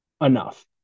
enough